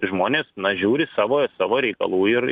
žmonės na žiūri savo savo reikalų ir